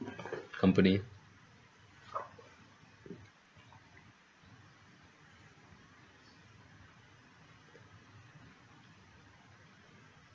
company